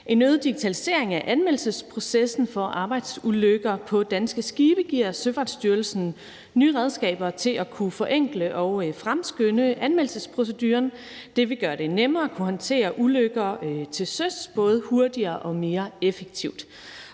En øget digitalisering af anmeldelsesprocessen for arbejdsulykker på danske skibe giver Søfartsstyrelsen nye redskaber til at kunne forenkle og fremskynde anmeldelsesproceduren. Det vil gøre det nemmere at håndtere ulykker til søs og gøre det både hurtigere og mere effektivt.